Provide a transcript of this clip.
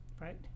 Right